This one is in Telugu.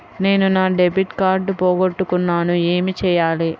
నేను నా డెబిట్ కార్డ్ పోగొట్టుకున్నాను ఏమి చేయాలి?